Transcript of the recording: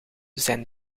zijn